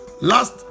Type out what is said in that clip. Last